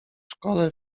szkole